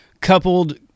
coupled